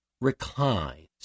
reclines